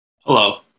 Hello